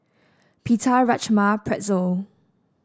Pita Rajma Pretzel